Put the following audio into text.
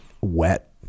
wet